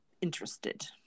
interested